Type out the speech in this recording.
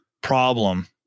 problem